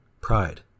Pride